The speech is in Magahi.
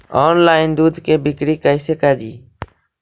ऑनलाइन दुध के बिक्री कैसे करि?